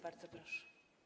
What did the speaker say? Bardzo proszę.